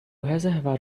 reservar